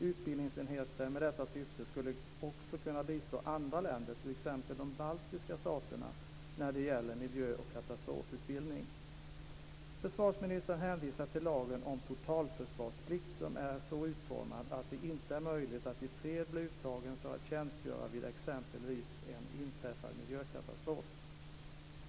Utbildningsenheter med detta syfte skulle också kunna bistå andra länder, t.ex. de baltiska staterna, när det gäller miljö och katastrofutbildning. Försvarsministern hänvisar till lagen om totalförsvarsplikt, som är så utformad att det inte är möjligt att i fred bli uttagen för att tjänstgöra vid exempelvis en inträffad miljökatastrof.